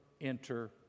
enter